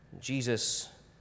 Jesus